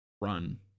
run